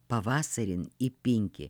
pavasarin įpinki